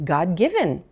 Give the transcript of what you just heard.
God-given